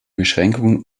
beschränkungen